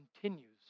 continues